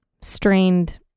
strained